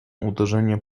uderzenie